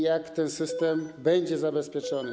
Jak ten system będzie zabezpieczony?